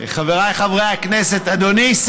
חבריי חברי הכנסת,